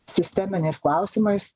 sisteminiais klausimais